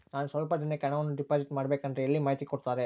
ನಾನು ಸ್ವಲ್ಪ ದಿನಕ್ಕೆ ಹಣವನ್ನು ಡಿಪಾಸಿಟ್ ಮಾಡಬೇಕಂದ್ರೆ ಎಲ್ಲಿ ಮಾಹಿತಿ ಕೊಡ್ತಾರೆ?